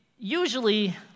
Usually